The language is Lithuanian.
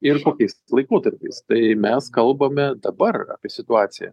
ir kokiais laikotarpiais tai mes kalbame dabar apie situaciją